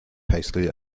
hastily